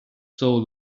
soul